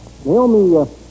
Naomi